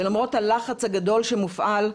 ולמרות הלחץ הגדול שמופעל,